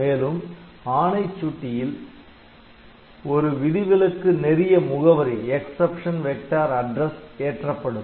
மேலும் ஆணை சுட்டியில் ஒரு விதிவிலக்கு நெறிய முகவரி ஏற்றப்படும்